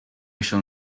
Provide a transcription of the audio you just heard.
shall